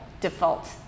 default